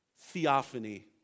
theophany